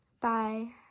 bye